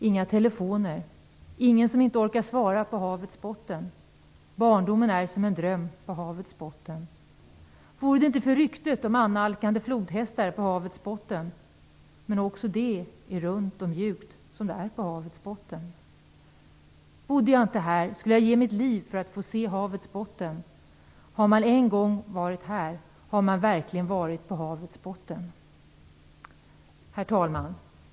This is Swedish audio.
Inga telefoner, ingen som inte orkar svara på havets botten. Barndomen är som en dröm på havets botten. Vore det inte för ryktet om annalkande flodhästar på havets botten. Men också det är runt och mjukt som det är på havets botten. Bodde jag inte här skulle jag ge mitt liv för att få se havets botten. Har man en gång varit här har man verkligen varit på havets botten." Herr talman!